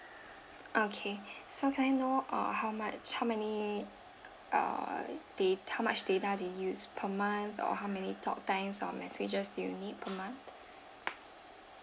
okay so can I know uh how much how many uh da~ how much data do you use per month or how many talk times or messages do you need per month